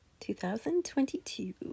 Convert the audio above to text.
2022